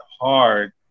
hard